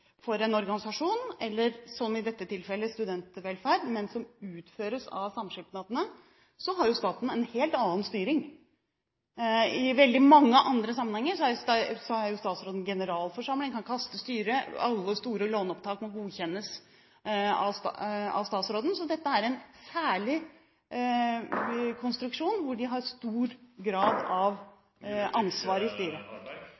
for en organisasjon – eller som i dette tilfellet, studentvelferd, men som utføres av samskipnadene – har staten en helt annen styring. I veldig mange andre sammenhenger er statsråden generalforsamling og kan kaste styret, og alle store låneopptak må godkjennes av statsråden. Så dette er en særlig konstruksjon, hvor styret har en stor grad av